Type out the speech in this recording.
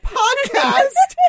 podcast